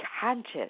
conscious